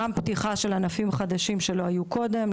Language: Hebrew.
גם פתיחה של ענפים חדשים שלא היו קודם,